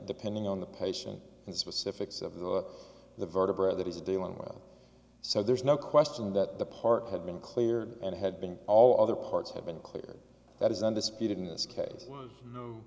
depending on the patient and specifics of the the vertebra that he's dealing with so there's no question that the part had been cleared and had been all other parts have been cleared that is undisputed in this case